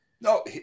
No